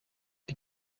die